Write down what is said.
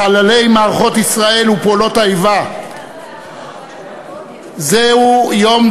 לכל חלל במערכות ישראל ובפעולות האיבה ישנם שני ימי זיכרון: האחד,